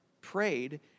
prayed